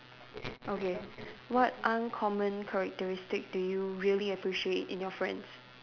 okay what uncommon characteristic do you really appreciate in your friends